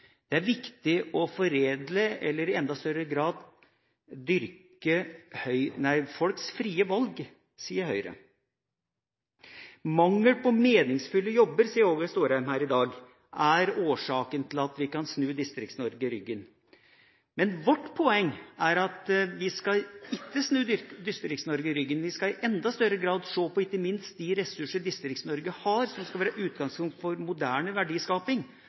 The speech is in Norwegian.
Det er viktig å foredle eller i enda større grad dyrke folks frie valg, sier Høyre. Mangel på meningsfulle jobber, sier Åge Starheim her i dag, er årsaken til at vi kan snu Distrikts-Norge ryggen. Men vårt poeng er at vi ikke skal snu Distrikts-Norge ryggen, vi skal i enda større grad se på de ressurser Distrikts-Norge har, som skal være utgangspunkt for moderne verdiskaping.